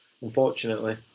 unfortunately